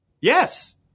Yes